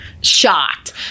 shocked